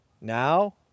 Now